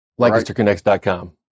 LancasterConnects.com